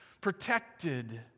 protected